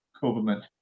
government